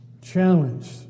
challenged